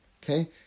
Okay